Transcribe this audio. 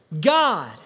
God